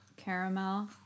Caramel